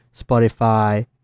Spotify